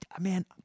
man